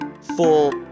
full